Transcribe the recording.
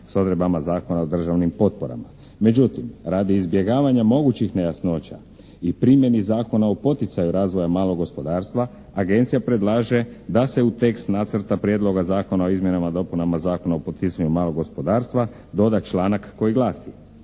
s odredbama Zakona o državnim potporama. Međutim radi izbjegavanja mogućih nejasnoća i primjeni Zakona o poticaju razvoja malog gospodarstva Agencija predlaže da se u tekst Nacrta prijedloga Zakona o izmjenama i dopunama Zakona o poticanju malog gospodarstva doda članak koji glasi,